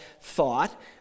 thought